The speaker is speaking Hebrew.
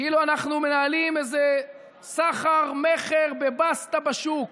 כאילו אנחנו מנהלים איזה סחר-מכר בבסטה בשוק.